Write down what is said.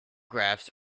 graphs